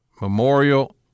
Memorial